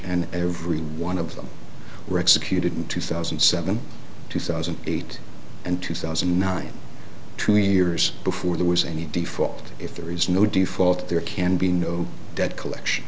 and every one of them were executed in two thousand and seven two thousand and eight and two thousand and nine two years before there was any default if there is no default there can be no debt collection